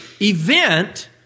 event